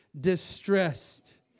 distressed